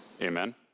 Amen